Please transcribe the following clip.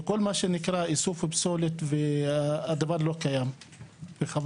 וכל מה שנקרא איסוף פסולת - הדבר לא קיים וחבל.